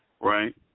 right